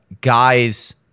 guys